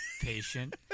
patient